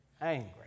angry